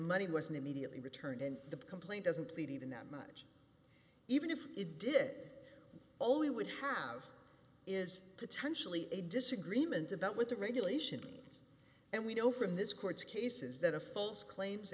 money wasn't immediately returned and the complaint doesn't leave even that much even if it did all we would have is potentially a disagreement about what the regulations and we know from this court's cases that a false claims